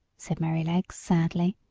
said merrylegs sadly,